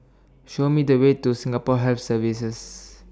Show Me The Way to Singapore Health Services